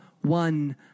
one